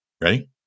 Ready